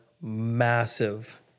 massive